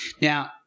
now